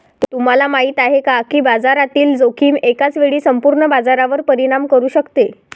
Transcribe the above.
तुम्हाला माहिती आहे का की बाजारातील जोखीम एकाच वेळी संपूर्ण बाजारावर परिणाम करू शकते?